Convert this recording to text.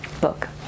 Book